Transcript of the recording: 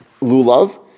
Lulav